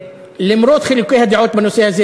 למרות חילוקי הדעות בנושא הזה,